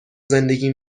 زندگی